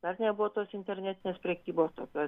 dar nebuvo tos internetinės prekybos tokios